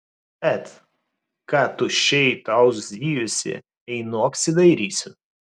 et ką tuščiai tauzijusi einu apsidairysiu